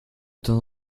temps